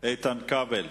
איתן כבל.